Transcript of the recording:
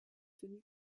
tenues